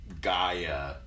Gaia